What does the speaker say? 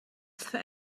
for